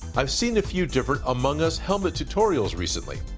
i've seen a few different among us helmet tutorials recently,